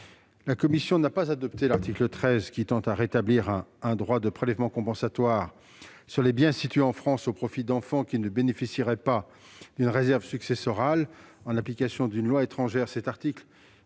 La commission n'a pas adopté l'article 13, qui tend à rétablir un droit de prélèvement compensatoire sur les biens situés en France au profit d'enfants qui ne bénéficieraient pas d'une réserve successorale en application d'une loi étrangère. À ses